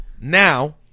Now